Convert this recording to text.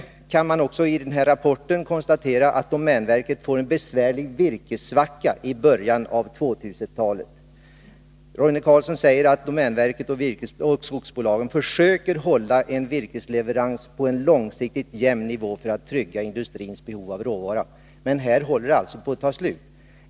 Man kan också i rapporten konstatera, att domänverket får en Hesvärlig virkessvacka i början av 2000-talet. Roine Carlsson säger, att domänverket och skogsbolagen ”försöker hålla virkesleveranserna på en långsiktigt jämn nivå för att trygga industrins behov av råvara”. Men på domänverkets mark håller den på att ta slut!